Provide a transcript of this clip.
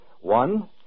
One